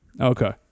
Okay